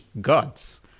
gods